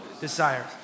desires